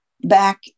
back